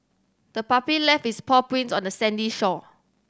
the puppy left its paw prints on the sandy shore